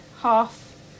half